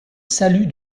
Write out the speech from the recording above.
salue